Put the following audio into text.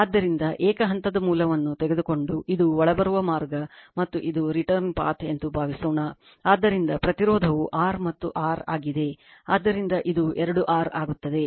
ಆದ್ದರಿಂದ ಏಕ ಹಂತದ ಮೂಲವನ್ನು ತೆಗೆದುಕೊಂಡು ಇದು ಒಳಬರುವ ಮಾರ್ಗ ಮತ್ತು ಇದು ರಿಟರ್ನ್ ಪಥ ಎಂದು ಭಾವಿಸೋಣ ಆದ್ದರಿಂದ ಪ್ರತಿರೋಧವು R ಮತ್ತು R ಆಗಿದೆ ಆದ್ದರಿಂದ ಇದು ಎರಡು R ಆಗಿರುತ್ತದೆ